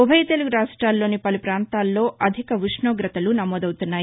ఉభయ తెలుగు రాష్ట్రాల్లోని పలు ప్రపాంతాల్లో అధిక ఉష్ణోగతలు నమోదవుతున్నాయి